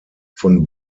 von